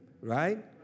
right